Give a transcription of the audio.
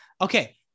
Okay